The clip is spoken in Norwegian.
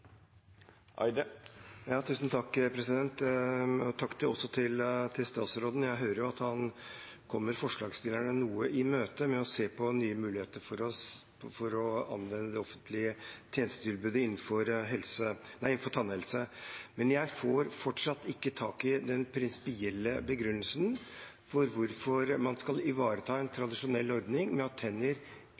Takk til statsråden. Jeg hører at han kommer forslagsstillerne noe i møte med å se på nye muligheter for å anvende det offentlige tjenestetilbudet innenfor tannhelse. Men jeg får fortsatt ikke tak i den prinsipielle begrunnelsen for hvorfor man skal ivareta en tradisjonell ordning med at tenner